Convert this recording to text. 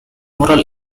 moral